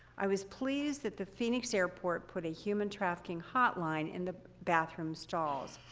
i was pleased that the phoenix airport put a human trafficking hotline in the bathroom stalls.